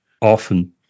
often